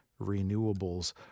renewables